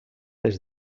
des